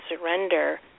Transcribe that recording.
surrender